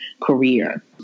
career